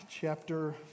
chapter